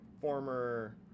former